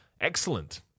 excellent